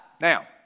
Now